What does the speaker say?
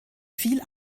viel